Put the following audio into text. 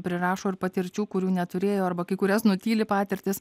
prirašo ir patirčių kurių neturėjo arba kai kurias nutyli patirtis